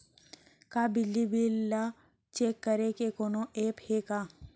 का बिजली बिल ल चेक करे के कोनो ऐप्प हे का?